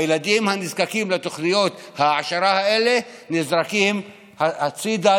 הילדים הנזקקים לתוכניות ההעשרה האלה נזרקים הצידה,